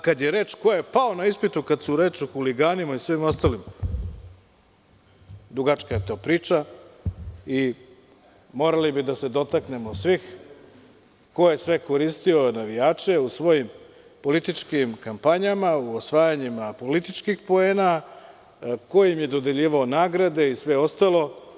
Kada je reč ko je pao na ispitu, kada je reč o huliganima i svemu ostalom, dugačka je to priča i morali bismo da se dotaknemo svega ko je sve koristio navijače u svojim političkim kampanjama, u osvajanjima političkih poena, ko im je dodeljivao nagrade i sve ostalo.